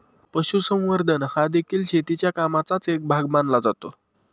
पशुसंवर्धन हादेखील शेतीच्या कामाचाच एक भाग मानला जातो